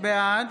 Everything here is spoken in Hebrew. בעד